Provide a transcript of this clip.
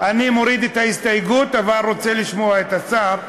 אני מוריד את ההסתייגות, אבל רוצה לשמוע את השר.